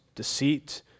Deceit